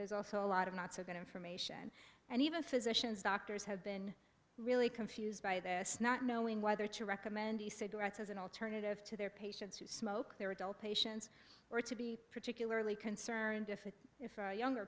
there's also a lot of not so going to information and even physicians doctors have been really confused by this not knowing whether to recommend the cigarettes as an alternative to their patients who smoke their adult patients or to be particularly concerned if a younger